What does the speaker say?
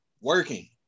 Working